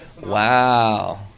Wow